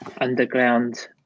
underground